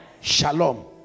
Shalom